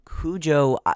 Cujo